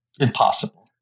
impossible